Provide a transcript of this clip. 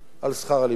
על שכר לימוד,